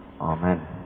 Amen